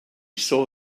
saw